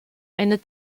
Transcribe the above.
eine